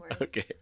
Okay